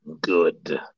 Good